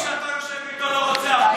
מי שאתה יושב איתו לא רוצה אחדות.